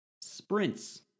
sprints